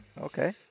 okay